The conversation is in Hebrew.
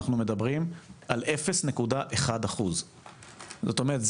אנחנו מדברים על 0.1%. זאת אומרת,